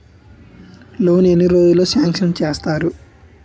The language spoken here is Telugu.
లోన్ ఎన్ని రోజుల్లో సాంక్షన్ చేస్తారు?